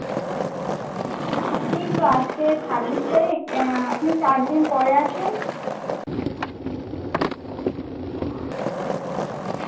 এই তো আজকে ছাব্বিশ তারিখ আপনি চার দিন পরে আসুন